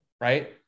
right